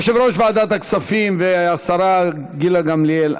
יושב-ראש ועדת הכספים והשרה גילה גמליאל,